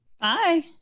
Bye